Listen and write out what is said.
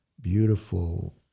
beautiful